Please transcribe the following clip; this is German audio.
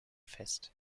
fest